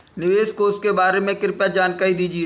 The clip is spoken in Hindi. निवेश कोष के बारे में कृपया जानकारी दीजिए